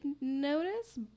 notice